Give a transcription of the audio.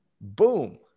Boom